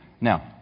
Now